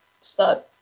start